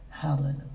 Hallelujah